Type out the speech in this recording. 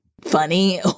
funny